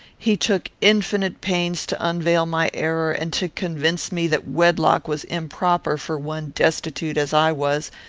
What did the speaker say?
he took infinite pains to unveil my error, and to convince me that wedlock was improper for one destitute, as i was,